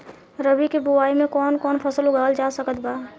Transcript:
रबी के बोआई मे कौन कौन फसल उगावल जा सकत बा?